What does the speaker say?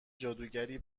جادوگری